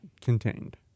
contained